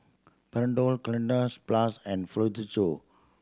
Panadol Cleanz Plus and